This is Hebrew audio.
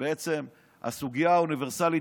בעצם המדינה לוקחת את הסוגיה האוניברסלית,